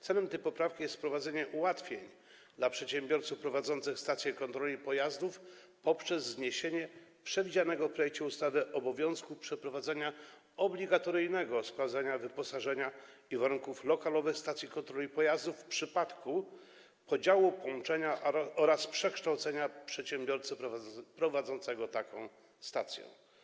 Celem tej poprawki jest wprowadzenie ułatwień dla przedsiębiorców prowadzących stacje kontroli pojazdów poprzez zniesienie przewidzianego w projekcie ustawy obowiązku przeprowadzenia obligatoryjnego sprawdzania wyposażenia i warunków lokalowych stacji kontroli pojazdów w przypadku podziału, połączenia oraz przekształcenia przedsiębiorcy prowadzącego taką stację.